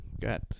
Got